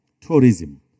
Tourism